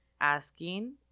asking